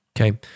okay